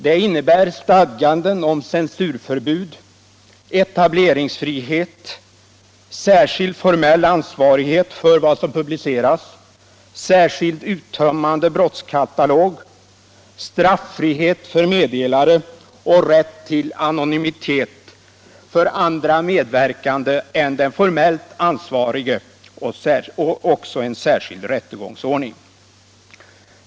Det innebär stadganden om censurförbud, etableringsfrihet, särskild formell ansvarighet för vad som publiceras, särskild uttömmande brottskatalog, straffrihet för meddelare, rätt till anonymitet för andra medverkande än den formellt ansvarige och särskild rättegångsordning.